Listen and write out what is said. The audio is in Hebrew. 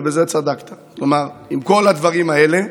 ובזה צדקת: עם כל הדברים האלה,